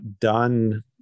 done